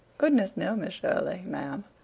goodness, no, miss shirley, ma'am.